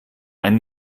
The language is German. ein